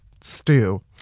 stew